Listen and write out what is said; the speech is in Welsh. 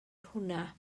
hwnna